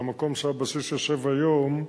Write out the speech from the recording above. זה המקום שהבסיס יושב בו היום,